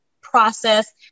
process